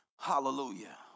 hallelujah